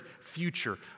future